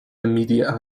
immediate